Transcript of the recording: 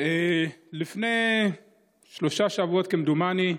לפני שלושה שבועות, כמדומני,